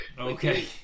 Okay